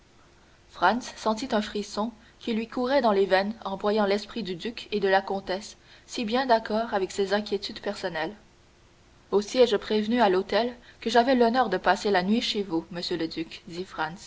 sentit un frisson qui lui courait dans les veines en voyant l'esprit du duc et de la comtesse si bien d'accord avec ses inquiétudes personnelles aussi ai-je prévenu à l'hôtel que j'avais l'honneur de passer la nuit chez vous monsieur le duc